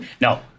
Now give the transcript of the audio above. No